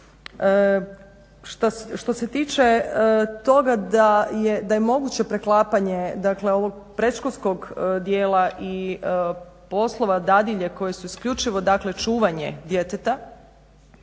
Što se tiče toga da je moguće preklapanje ovog predškolskog dijela i poslova dadilje koji su isključivo čuvanje djeteta,